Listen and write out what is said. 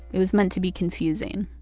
it was meant to be confusing.